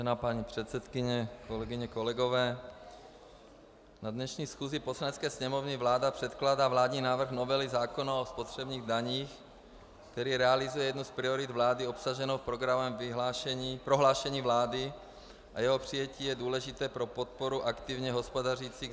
Vážená paní předsedkyně, kolegyně, kolegové, na dnešní schůzi Poslanecké sněmovny vláda předkládá vládní návrh novely zákona o spotřebních daních, který realizuje jednu z priorit vlády obsaženou v programovém prohlášení vlády, a jeho přijetí je důležité pro podporu aktivně hospodařících zemědělců.